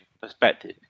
perspective